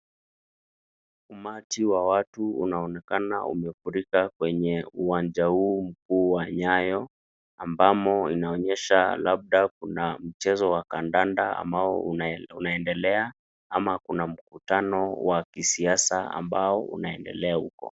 Umati wa watu unaonekana umefurika kwenye uwanja huu mkuu wa nyayo, ambamo inaonyesha labda kuna mchezo wa kandanda ambao unaendelea ama kuna mkutano wa kisiasa ambao unaendelea huko.